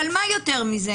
אבל מה יותר מזה